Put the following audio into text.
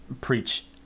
preach